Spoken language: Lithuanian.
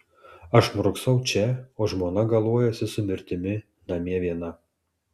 aš murksau čia o žmona galuojasi su mirtimi namie viena